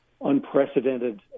unprecedented